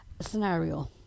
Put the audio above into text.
Scenario